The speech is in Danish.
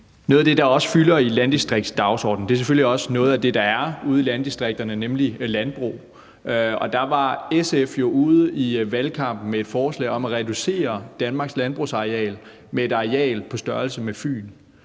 noget af det, der også fylder i landdistriktsdagsordenen, og som selvfølgelig også er noget af det, der er ude i landdistrikterne, nemlig landbrug. Der var SF jo ude i valgkampen med et forslag om at reducere Danmarks landbrugsareal med et areal på størrelse med Fyn.